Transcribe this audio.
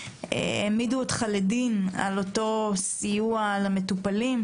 העמידו אותך לדין על אותו סיוע למטופלים,